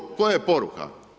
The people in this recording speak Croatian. Koja je poruka?